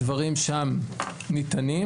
הדברים שם ניתנים,